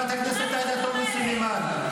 (חבר הכנסת איימן עודה יוצא מאולם המליאה.)